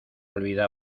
olvida